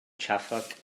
xàfec